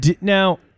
now